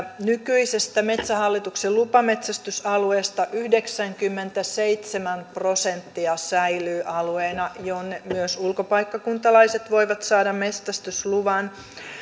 nykyisestä metsähallituksen lupametsästysalueesta yhdeksänkymmentäseitsemän prosenttia säilyy alueena jonne myös ulkopaikkakuntalaiset voivat saada metsästysluvan